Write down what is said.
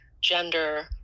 gender